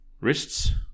wrists